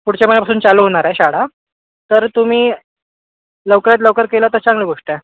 पुढच्या महिन्यापासून चालू होणार आहे शाळा तर तुम्ही लवकरात लवकर केलं तर चांगली गोष्ट आहे